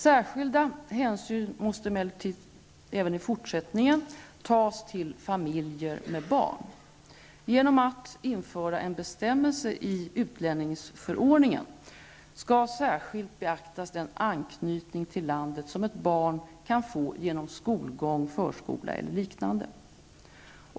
Särskilda hänsyn måste emellertid även i fortsättningen tas till familjer med barn. Genom att införa en bestämmelse i utlänningsförordningen skall särskilt beaktas den anknytning till landet som ett barn kan få genom skola, förskola eller liknande.